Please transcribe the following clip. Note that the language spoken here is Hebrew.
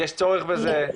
יש צורך בזה?